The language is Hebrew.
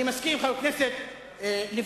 אני מסכים עם חבר הכנסת לוין,